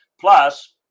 Plus